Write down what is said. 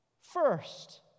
first